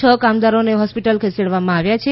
છ કામદારોને હોસ્પિટલ ખસેડવામાં આવ્યા છે